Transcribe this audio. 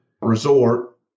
Resort